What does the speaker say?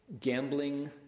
gambling